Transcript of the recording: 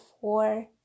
four